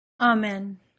Amen